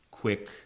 quick